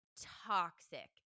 toxic